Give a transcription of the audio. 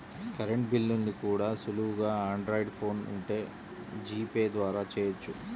current బిల్లుల్ని కూడా సులువుగా ఆండ్రాయిడ్ ఫోన్ ఉంటే జీపే ద్వారా చెయ్యొచ్చు